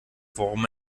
warum